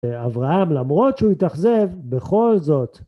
אברהם, למרות שהוא התאכזב, בכל זאת...